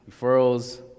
referrals